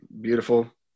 beautiful